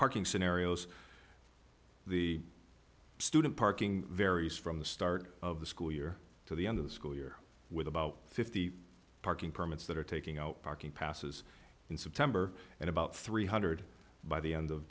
parking scenarios the student parking varies from the start of the school year to the end of the school year with about fifty parking permits that are taking out parking passes in september and about three hundred by the end of